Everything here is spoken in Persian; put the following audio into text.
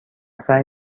سعی